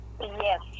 Yes